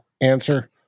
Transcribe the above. answer